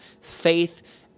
faith